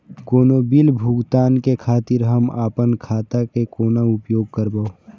कोनो बील भुगतान के खातिर हम आपन खाता के कोना उपयोग करबै?